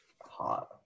hot